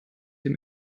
dem